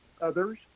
others